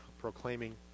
proclaiming